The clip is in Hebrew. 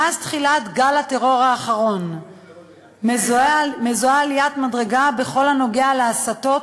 מאז תחילת גל הטרור האחרון מזוהה עליית מדרגה בכל הנוגע להסתות,